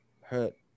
hurt